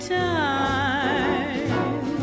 time